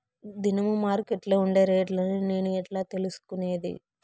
దినము మార్కెట్లో ఉండే రేట్లని నేను ఎట్లా తెలుసుకునేది?